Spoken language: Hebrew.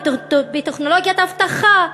בטכנולוגיית אבטחה,